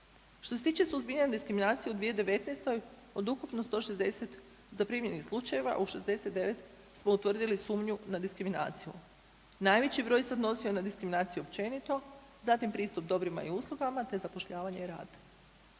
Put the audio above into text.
Što se tiče suzbijanja diskriminacije u 2019. od ukupno 160 zaprimljenih slučajeva, u 69 smo utvrdili sumnju na diskriminaciju. Najveći broj se odnosio na diskriminaciju općenito, zatim pristup dobrima i uslugama te zapošljavanje i rad.